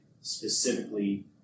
specifically